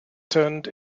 turned